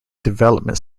development